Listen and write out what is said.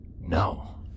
No